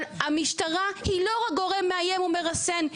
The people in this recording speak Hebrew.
אבל המשטרה היא לא רק גורם מאיים ומרסן,